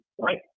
right